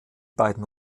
beiden